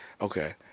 Okay